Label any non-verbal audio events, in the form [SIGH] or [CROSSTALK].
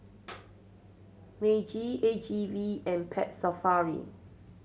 [NOISE] Meiji A G V and Pet Safari